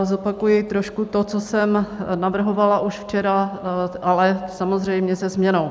Zopakuji trošku to, co jsem navrhovala už včera, ale samozřejmě se změnou.